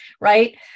right